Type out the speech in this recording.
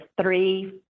Three